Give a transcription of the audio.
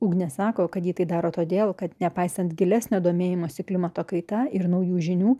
ugnė sako kad ji tai daro todėl kad nepaisant gilesnio domėjimosi klimato kaita ir naujų žinių